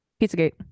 Pizzagate